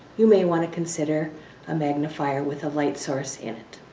you may want to consider a magnifier with a light source in it.